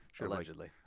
allegedly